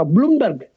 Bloomberg